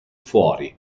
fuori